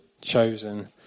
chosen